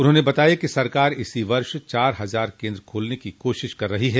उन्होंने बताया कि सरकार इसी वर्ष चार हजार केन्द्र खोलने की कोशिश कर रही है